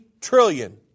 trillion